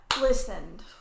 Listened